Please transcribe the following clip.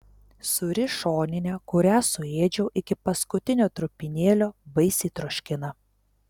sūri šoninė kurią suėdžiau iki paskutinio trupinėlio baisiai troškina